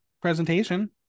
presentation